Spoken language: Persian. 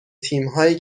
تیمهایی